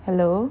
hello